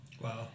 wow